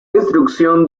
instrucción